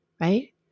right